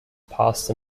past